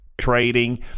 trading